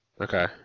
Okay